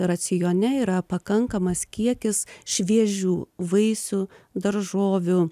racione yra pakankamas kiekis šviežių vaisių daržovių